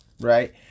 right